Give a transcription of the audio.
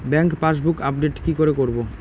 Bank passbook update কি করে করবো?